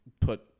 put